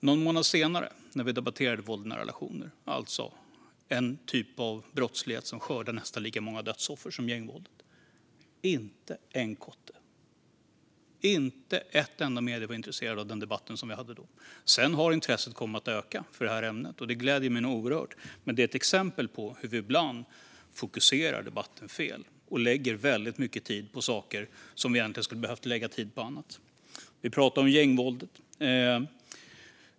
Någon månad senare, när vi debatterade våld i nära relationer, en typ av brottslighet som skördar nästan lika många dödsoffer som gängvåldet, var det inte en kotte här. Inga medier alls var intresserade av den debatt som vi hade då. Sedan har intresset kommit att öka för det här ämnet, vilket gläder mig oerhört. Men detta är ett exempel på hur vi ibland fokuserar debatten fel och lägger väldigt mycket tid på vissa saker när vi egentligen skulle ha behövt lägga den på annat. Vi pratar om gängvåldet.